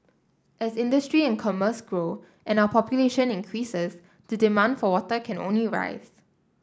as industry and commerce grow and our population increases the demand for water can only rise